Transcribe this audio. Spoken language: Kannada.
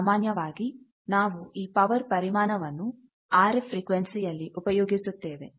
ಸಾಮಾನ್ಯವಾಗಿ ನಾವು ಈ ಪವರ್ ಪರಿಮಾಣವನ್ನು ಆರ್ ಎಫ್ ಫ್ರಿಕ್ವೆನ್ಸಿ ಅಲ್ಲಿ ಉಪಯೋಗಿಸುತ್ತೇವೆ